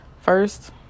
First